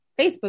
Facebook